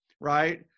right